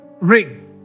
ring